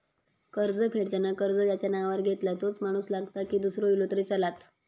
कर्ज फेडताना कर्ज ज्याच्या नावावर घेतला तोच माणूस लागता की दूसरो इलो तरी चलात?